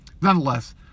Nonetheless